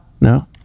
No